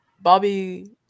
bobby